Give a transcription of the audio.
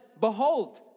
Behold